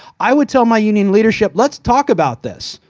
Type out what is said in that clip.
i would tell my yeah i mean leadership, let's talk about this,